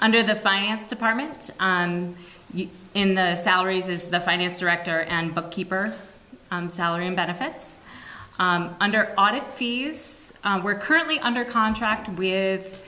under the finance department in the salaries is the finance director and bookkeeper salary and benefits under audit fees we're currently under contract with